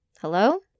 Hello